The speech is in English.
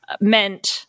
meant